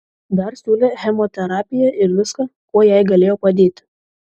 dar siūlė chemoterapiją ir viską kuo jai galėjo padėti